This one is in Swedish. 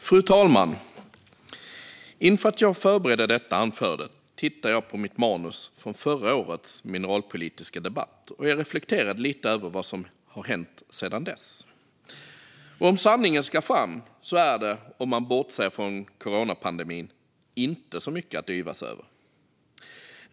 Fru talman! När jag förberedde detta anförande tittade jag på mitt manus från förra årets mineralpolitiska debatt och reflekterade lite över vad som hänt sedan dess. Om sanningen ska fram är det - om man bortser från coronapandemin - inte mycket som hänt, och det som har hänt är inte mycket att yvas över.